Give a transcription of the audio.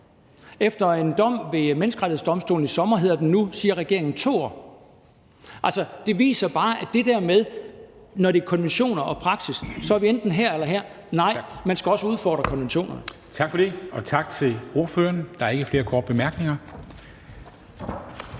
Efter en dom ved Menneskerettighedsdomstolen i sommer er den nu, siger regeringen, 2 år. Altså, det viser bare det der med, at når det er konventioner og praksis, står vi enten det ene sted eller det andet sted – nej, man skal også udfordre konventionerne. Kl. 14:43 Formanden (Henrik Dam Kristensen): Tak for det, og tak til ordføreren. Der er ikke flere korte bemærkninger.